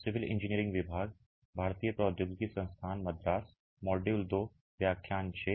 सुबह